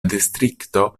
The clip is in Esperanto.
distrikto